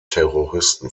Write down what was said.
terroristen